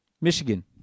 Michigan